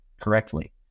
correctly